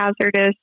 hazardous